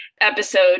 episode